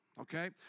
okay